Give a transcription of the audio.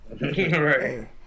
right